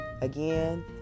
again